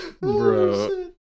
Bro